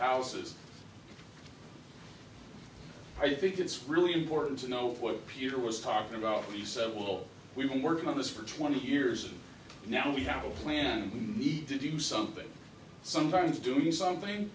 houses i think it's really important to know what peter was talking about he said well we've been working on this for twenty years now we have a plan to do something sometimes doing something